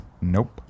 Nope